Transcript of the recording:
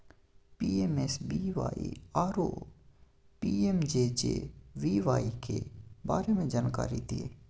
PMSBY आरो PMJJBY के बारे मे जानकारी दिय?